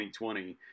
2020